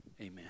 Amen